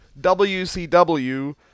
WCW